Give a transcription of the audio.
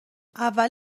اول